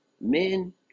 men